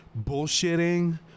bullshitting